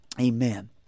Amen